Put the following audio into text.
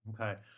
okay